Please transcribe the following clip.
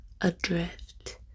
adrift